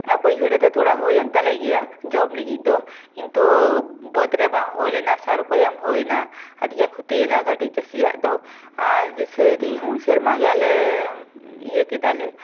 ᱟᱨ ᱵᱟᱹᱭᱦᱟᱹᱲ ᱨᱮᱫᱚ ᱛᱷᱚᱲᱟ ᱦᱩᱭᱮᱱ ᱛᱟᱞᱮ ᱜᱮᱭᱟ ᱡᱚᱢ ᱞᱟᱹᱜᱤᱫ ᱫᱚ ᱠᱤᱱᱛᱩ ᱵᱟᱺᱫ ᱨᱮ ᱵᱟᱝ ᱦᱩᱭ ᱞᱮᱱᱟ ᱥᱟᱨ ᱠᱚ ᱮᱢ ᱦᱩᱭᱮᱱᱟ ᱟᱹᱰᱤ ᱜᱮ ᱠᱷᱚᱛᱤᱭᱮᱱᱟ ᱠᱟᱹᱴᱤᱡ ᱪᱟᱹᱥᱤᱭᱟᱜ ᱫᱚ ᱟᱨ ᱫᱤᱥᱟᱹᱭᱮᱫᱟᱹᱧ ᱩᱱ ᱥᱮᱨᱢᱟ ᱜᱮ ᱟᱞᱮ ᱤᱭᱟᱹ ᱠᱮᱫᱟ ᱞᱮ